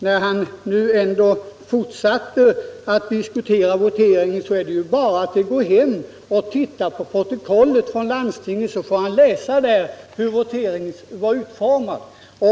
När herr Gustavsson fortsätter att diskutera voteringen vill jag framhålla att det bara är att läsa landstingsprotokollet.